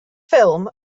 ffilm